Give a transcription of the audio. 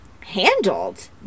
handled